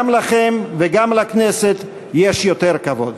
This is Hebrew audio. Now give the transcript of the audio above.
גם אליכם וגם אל הכנסת יש יותר כבוד.